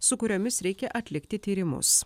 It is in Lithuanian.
su kuriomis reikia atlikti tyrimus